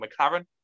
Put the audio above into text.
McLaren